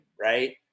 Right